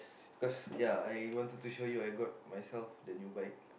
cause ya I wanted to show you I got myself the new bike